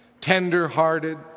tender-hearted